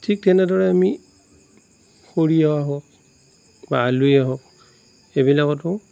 ঠিক তেনেদৰে আমি সৰিয়হ হওক বা আলুৱে হওক এইবিলাকতো